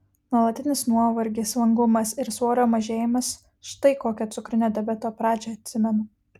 nuolatinis nuovargis vangumas ir svorio mažėjimas štai kokią cukrinio diabeto pradžią atsimenu